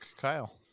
kyle